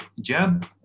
jab